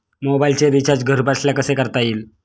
मोबाइलचे रिचार्ज घरबसल्या कसे करता येईल?